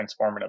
transformative